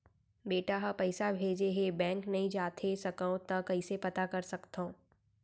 बेटा ह पइसा भेजे हे बैंक नई जाथे सकंव त कइसे पता कर सकथव?